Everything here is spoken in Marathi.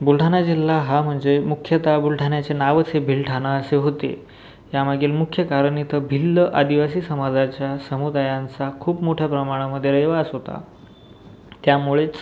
बुलढाणा जिल्हा हा म्हणजे मुख्यता बुलढाण्याचे नावच हे बिलढाना असे होते ह्यामागील मुख्य कारण इथं भिल्ल आदिवासी समाजाच्या समुदायांचा खूप मोठ्या प्रमाणामध्ये रहिवास होता त्यामुळेच